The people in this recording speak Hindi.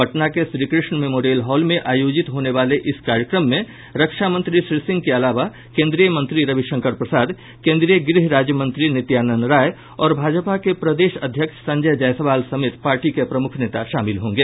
पटना के श्रीकृष्ण मेमोरियल हॉल में आयोजित होने वाले इस कार्यक्रम में रक्षा मंत्री श्री सिंह के अलावा केंद्रीय मंत्री रविशंकर प्रसाद केंद्रीय गृह राज्य मंत्री नित्यानंद राय और भाजपा के प्रदेश अध्यक्ष संजय जायसवाल समेत पार्टी के प्रमुख नेता शामिल होंगे